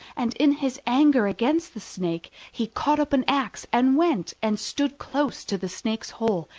and in his anger against the snake he caught up an axe and went and stood close to the snake's hole,